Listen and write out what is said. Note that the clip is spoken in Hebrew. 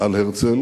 על הרצל,